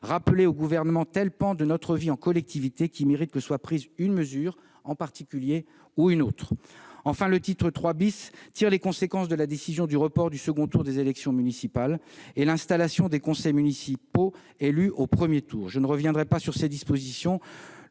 rappeler au Gouvernement tel pan de notre vie en collectivité qui mérite que soit prise une mesure en particulier ou une autre. Enfin, le titre III tire les conséquences de la décision du report du second tour des élections municipales et prévoit les modalités d'installation des conseils municipaux élus au premier tour. Je ne reviendrai pas sur ces dispositions,